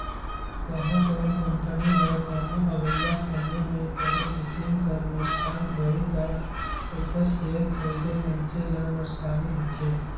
कहों कोनो कंपनी ल कहों अवइया समे में कोनो किसिम कर नोसकान होही ता ओकर सेयर खरीदे मइनसे ल नोसकानी होथे